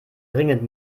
dringend